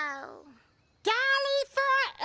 you know dolly for